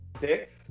Six